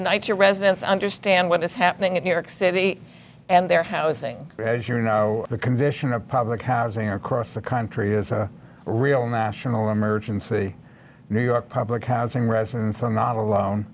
your residents understand what is happening in new york city and their housing as you know the condition of public housing across the country is a real national emergency new york public housing residents are not